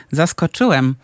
zaskoczyłem